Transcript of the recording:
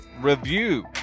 review